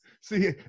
See